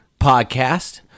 podcast